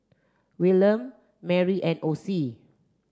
Wilhelm Marry and Ossie